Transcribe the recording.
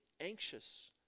anxious